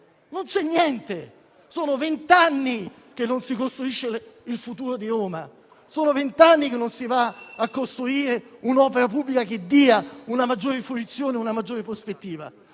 Non c'è niente! Sono vent'anni che non si costruisce il futuro di Roma. Sono vent'anni che non si va a costruire un'opera pubblica, che dia una maggiore fruizione e una maggiore prospettiva.